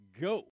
go